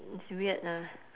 it's weird ah